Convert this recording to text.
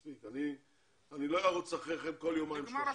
מספיק, אני לא ארוץ אחריכם כל יומיים-שלושה.